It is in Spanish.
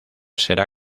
será